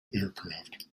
aircraft